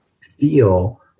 feel